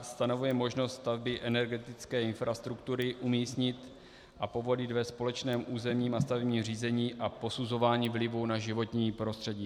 Stanovuje možnost stavby energetické infrastruktury umístit a povolit ve společném územním a stavebním řízení a posuzování vlivu na životní prostředí.